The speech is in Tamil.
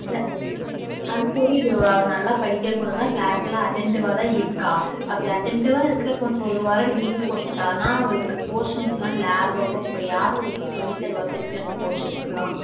அது தெரியுது நல்லா படிக்கிற பொண்ணு தான் கிளாஸ்ல எல்லாம் அட்டென்ட்டிவ்வாகதான் இருக்கா அப்படி அட்டென்ட்டிவ்வாக இருக்கிற பொண்ணு ஒரு வாரம் லீவ் போட்டானா அவளுக்கு போர்ஷன்ஸ்லாம் லாக்காகும் அப்போ யார் அவளுக்கு சொல்லித்தருவா திரும்பி அந்த போர்ஷன்ஸ்லாம்